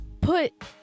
put